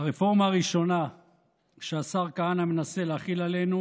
הרפורמה הראשונה שהשר כהנא מנסה להחיל עלינו